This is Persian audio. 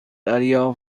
دریا